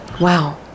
Wow